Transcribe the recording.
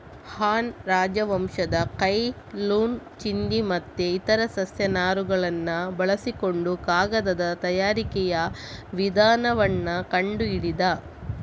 ಹಾನ್ ರಾಜವಂಶದ Cai Lun ಚಿಂದಿ ಮತ್ತೆ ಇತರ ಸಸ್ಯ ನಾರುಗಳನ್ನ ಬಳಸಿಕೊಂಡು ಕಾಗದದ ತಯಾರಿಕೆಯ ವಿಧಾನವನ್ನ ಕಂಡು ಹಿಡಿದ